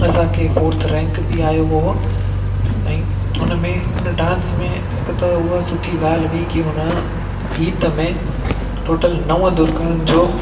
असांखे fourth rank बि आयो हो ऐं उनमें उन डांस में हिकु त हुअ सुठी ॻाल्हि हुई की हुन गीत में टोटल नव दुर्गनि जो